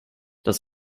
das